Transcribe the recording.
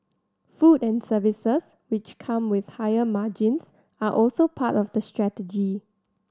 food and services which come with higher margins are also part of the strategy